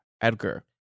Edgar